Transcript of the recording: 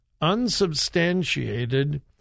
unsubstantiated